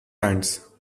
hands